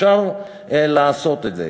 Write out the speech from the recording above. אפשר לעשות את זה.